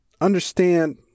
understand